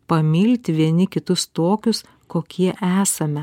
pamilt vieni kitus tokius kokie esame